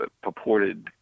purported